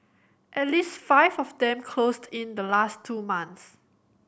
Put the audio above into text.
at least five of them closed in the last two months